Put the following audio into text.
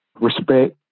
respect